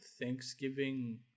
Thanksgiving